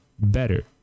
better